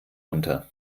unter